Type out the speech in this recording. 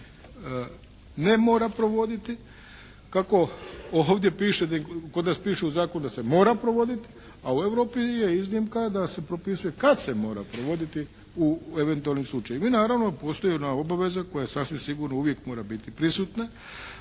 ne mora provoditi kako ovdje piše, kod nas piše u zakonu da se mora provoditi, a u Europi je iznimka da se propisuje kad se mora provoditi u eventualnim slučajevima. I naravno postoji ona obaveza koja sasvim sigurno uvijek mora biti prisutna,